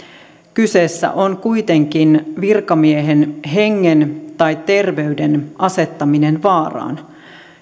kyseessä on kuitenkin virkamiehen hengen tai terveyden asettaminen vaaraan